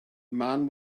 man